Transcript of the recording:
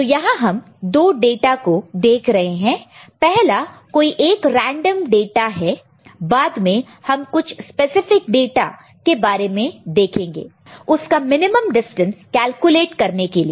तो यहां हम दो डेटा को देख रहे हैं पहला कोई एक रेंडम डेटा है बाद में हम कुछ स्पेसिफिक डेटा के बारे में देखेंगे उसका मिनिमम डिस्टेंस कैलकुलेट करने के लिए